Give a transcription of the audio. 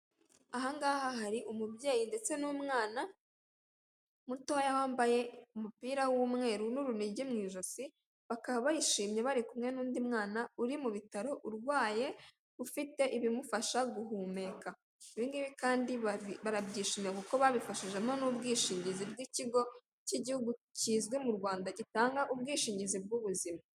Ahangaha hari umubyeyi ndetse n'umwana mutoya wambaye umupira w'umweru n'urunigi mu ijosi bakaba yishimye bari kumwe n'undi mwana uri mu bitaro urwaye ufite ibimufasha guhumeka, ibingibi kandi barabyishimiye kuko babifashimo n'ubwishingizi bw'ikigo cy'igihugu kizwi mu Rwanda gitanga ubwishingizi bw'ubuzima.